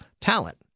talent